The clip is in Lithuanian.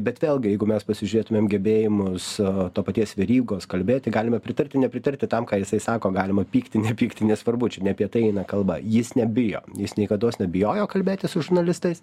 bet vėlgi jeigu mes pasižiūrėtumėm gebėjimus to paties verygos kalbėti galime pritarti nepritarti tam ką jisai sako galima pykti nepykti nesvarbu čia ne apie tai eina kalba jis nebijo jis niekados nebijojo kalbėti su žurnalistais